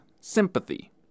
sympathy